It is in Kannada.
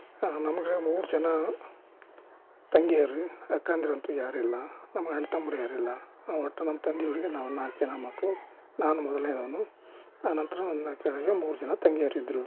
ನಮಗೆ ಮೂರು ಜನ ತಂಗಿಯರು ಅಕ್ಕಂದಿರು ಅಂತೂ ಯಾರೂ ಇಲ್ಲ ನಮ್ಗೆ ಅಣ್ಣ ತಮ್ಮರು ಯಾರಿಲ್ಲ ಒಟ್ಟು ನಮ್ಮ ತಂದೆಯವ್ರಿಗೆ ನಾವು ನಾಲ್ಕು ಜನ ಮಕ್ಕಳು ನಾನು ಮೊದಲ್ನೇಯವ್ನು ಆನಂತರ ನನ್ನ ಕಡೆಯ ಮೂರು ಜನ ತಂಗಿಯರಿದ್ದರು